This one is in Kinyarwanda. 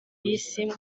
isi